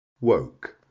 woke